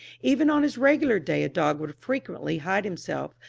even on his regular day a dog would frequently hide himself,